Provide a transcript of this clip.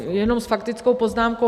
Jenom s faktickou poznámkou.